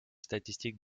statistiques